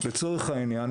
לצורך העניין,